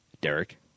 Derek